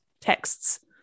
texts